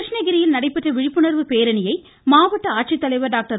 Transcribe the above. கிருஷ்ணகிரியில் நடைபெற்ற விழிப்புணர்வு பேரணியை மாவட்ட ஆட்சித்தலைவர் டாக்டர்